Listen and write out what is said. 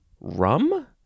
rum